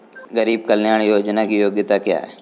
गरीब कल्याण योजना की योग्यता क्या है?